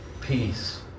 Peace